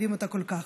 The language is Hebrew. ואוהבים אותה כל כך: